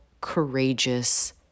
courageous